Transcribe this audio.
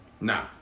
nah